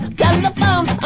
telephone